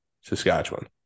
Saskatchewan